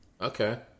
Okay